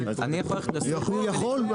הוא יכול?